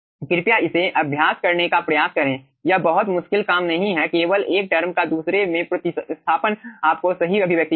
कृपया इसे अभ्यास करने का प्रयास करें यह बहुत मुश्किल काम नहीं है केवल एक टर्म का दूसरे में प्रतिस्थापन आपको सही अभिव्यक्ति देगा